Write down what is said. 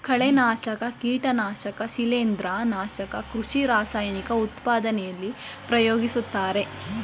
ಕಳೆನಾಶಕ, ಕೀಟನಾಶಕ ಶಿಲಿಂದ್ರ, ನಾಶಕ ಕೃಷಿ ರಾಸಾಯನಿಕ ಉತ್ಪಾದನೆಯಲ್ಲಿ ಪ್ರಯೋಗಿಸುತ್ತಾರೆ